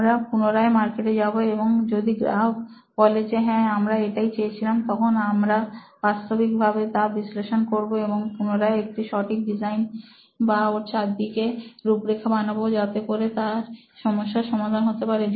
আমরা পুনরায় মার্কেটে যাবো এবং যদি গ্রাহক বলে যে হ্যাঁ আমরা এটাই চেয়েছিলাম তখন আমরা বাস্তবিকভাবে তার বিশ্লেষণ করবো এবং পুনরায় একটা সঠিক ডিজাইন বা ওর চারদিকে রূপরেখা বানাবো যাতে করে তার সমস্যার সমাধান হতে পারে